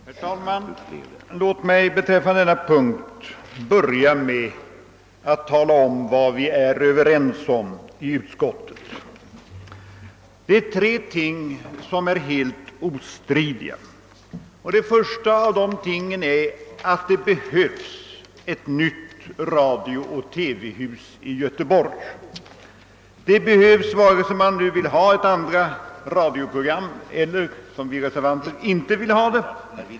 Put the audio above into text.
Herr talman! Låt mig beträffande denna punkt börja med att tala om vad vi är överens om i utskottet. Det är tre ting som är helt ostridiga. Det första av dessa är att det behövs ett nytt radiooch TV-hus i Göteborg, oavsett om man vill ha ett andra TV-program eller — som vi reservanter — inte vill ha det.